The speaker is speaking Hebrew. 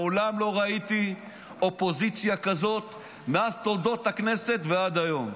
מעולם לא ראיתי אופוזיציה כזאת בתולדות הכנסת עד היום.